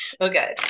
Okay